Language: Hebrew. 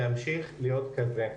וימשיך להיות כזה,